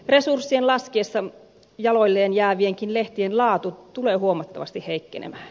resurssien laskiessa jaloilleen jäävienkin lehtien laatu tulee huomattavasti heikkenemään